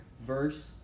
verse